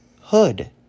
hood